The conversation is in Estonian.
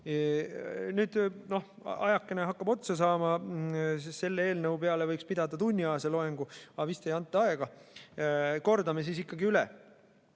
Ajakene hakkab otsa saama. Selle eelnõu kohta võiks pidada tunniajase loengu, aga vist ei anta aega. Kordame ikkagi üle.